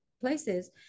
places